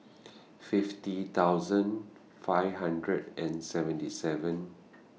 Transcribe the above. fifty thousand five hundred and seventy seven